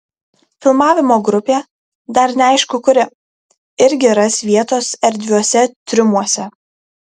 filmavimo grupė dar neaišku kuri irgi ras vietos erdviuose triumuose